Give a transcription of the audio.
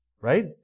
Right